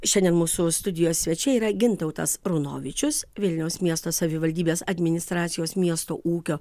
šiandien mūsų studijos svečiai yra gintautas runovičius vilniaus miesto savivaldybės administracijos miesto ūkio